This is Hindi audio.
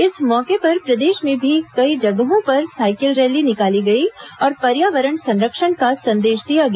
इस मौके पर प्रदेश में भी कई जगहों पर साइकिल रैली निकाली गई और पर्यावरण संरक्षण का संदेश दिया गया